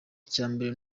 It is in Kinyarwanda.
icyambere